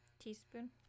teaspoon